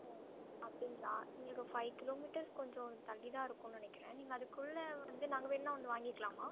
ஓ அப்படிங்களா எங்களுக்கு five kilometres கொஞ்சம் தள்ளி தான் இருக்குதுன்னு நினைக்கிறேன் நீங்கள் அதுக்குள்ளே வந்து நாங்கள் வேணால் வந்து வாங்கிக்கிலாமா